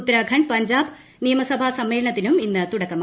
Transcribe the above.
ഉത്തരാഖണ്ഡ് പഞ്ചാബ് നിയമസഭാ സമ്മേളനത്തിന് ഇന്ന് തുടക്കമായി